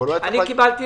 אני קיבלתי